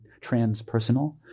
transpersonal